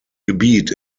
gebiet